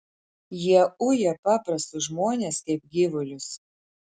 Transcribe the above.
jie uja paprastus žmones kaip gyvulius